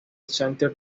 center